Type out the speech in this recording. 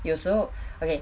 有时候 okay